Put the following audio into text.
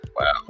wow